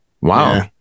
Wow